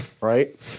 right